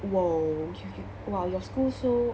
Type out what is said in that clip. !whoa! okay okay !wah! your school so